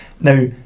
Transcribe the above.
now